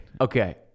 Okay